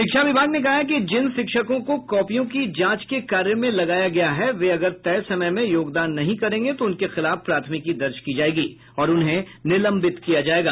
शिक्षा विभाग ने कहा है कि जिन शिक्षकों को कॉपियों की जांच के कार्य में लगाया गया है वे अगर तय समय में योगदान नहीं करेंगे तो उनके खिलाफ प्राथमिकी दर्ज की जायेगी और उन्हें निलंबित किया जायेगा